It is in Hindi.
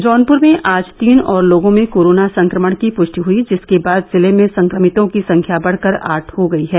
जौनपुर में आज तीन और लोगों में कोरोना संक्रमण की पृष्टि हई जिसके बाद जिले में संक्रमितों की संख्या बढ़कर आठ हो गयी है